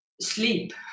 sleep